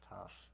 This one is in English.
tough